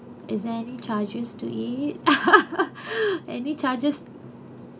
is there any charges to it any charges